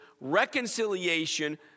reconciliation